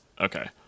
okay